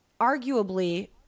arguably